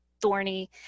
thorny